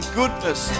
goodness